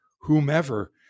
whomever